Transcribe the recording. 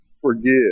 forgive